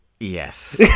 yes